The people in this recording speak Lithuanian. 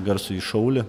garsųjį šaulį